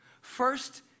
First